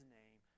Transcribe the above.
name